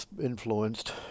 influenced